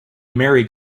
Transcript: merry